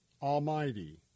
Almighty